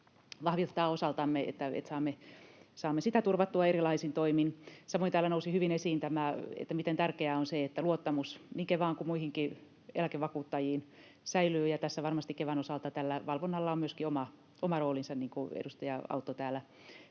vahvistaa osaltamme, että saamme sitä turvattua erilaisin toimin. Samoin täällä nousi hyvin esiin, miten tärkeää on se, että luottamus niin Kevaan kuin muihinkin eläkevakuuttajiin säilyy, ja tässä varmasti Kevan osalta tällä valvonnalla on myöskin oma roolinsa, niin kuin edustaja Autto täällä